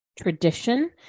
tradition